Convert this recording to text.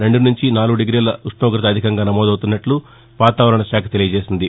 రెండు నుంచి నాలుగు డిగ్రీల ఉష్ణోగత అధికంగా నమోదవుతున్నట్లు వాతావరణ శాఖ తెలియజేసింది